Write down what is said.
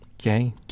Okay